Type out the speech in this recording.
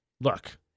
look